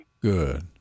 Good